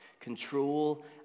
control